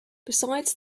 besides